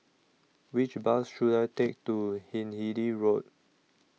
Which Bus should I Take to Hindhede Road